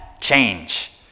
change